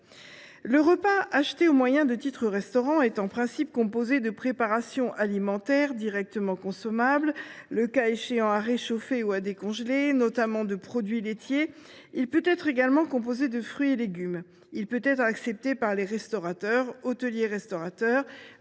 Le repas acheté au moyen de titres restaurant est, en principe, composé de préparations alimentaires directement consommables, le cas échéant à réchauffer ou à décongeler, ou encore de produits laitiers ou de fruits et légumes. Il peut être accepté par les restaurateurs, les hôteliers restaurateurs,